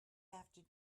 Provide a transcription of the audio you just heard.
have